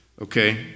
Okay